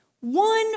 One